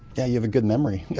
yeah you have a good memory,